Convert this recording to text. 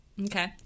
Okay